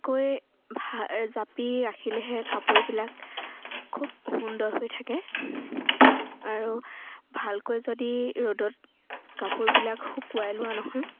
কৈ ভা জাপি ৰাখিলেহে কাপোৰবিলাক খুব সুন্দৰ হৈ থাকে আৰু ভালকৈ যদি ৰ'দত কাপোৰবিলাক শুকুৱাই লোৱা নহয়